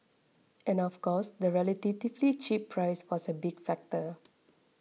and of course the relatively cheap price was a big factor